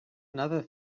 another